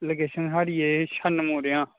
location साढ़ी एह् शन्न मुड़ेआ